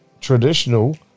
Traditional